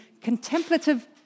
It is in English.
contemplative